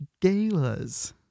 galas